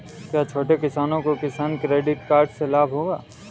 क्या छोटे किसानों को किसान क्रेडिट कार्ड से लाभ होगा?